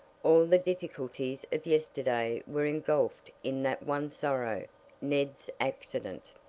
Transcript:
all the difficulties of yesterday were engulfed in that one sorrow ned's accident.